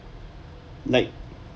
like